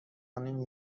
نمی